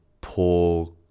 poor